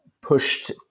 pushed